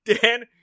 Dan